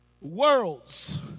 worlds